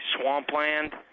swampland